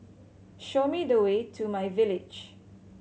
show me the way to myVillage